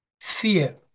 fear